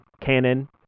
Canon